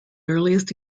earliest